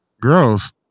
Gross